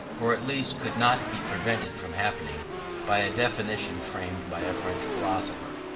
or at least could not be prevented from happening by a definition framed by a french philosopher.